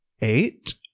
Eight